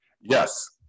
Yes